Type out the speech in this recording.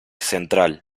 central